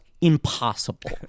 Impossible